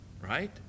right